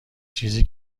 چیزی